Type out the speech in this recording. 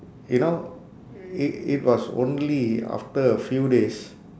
you know i~ it was only after a few days